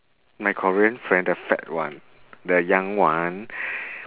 my korean friend the fat one the young one